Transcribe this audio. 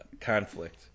conflict